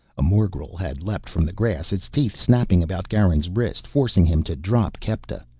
a morgel had leaped from the grass, its teeth snapping about garin's wrist, forcing him to drop kepta.